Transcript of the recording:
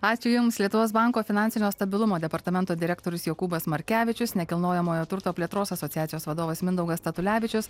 ačiū jums lietuvos banko finansinio stabilumo departamento direktorius jokūbas markevičius nekilnojamojo turto plėtros asociacijos vadovas mindaugas statulevičius